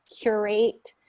curate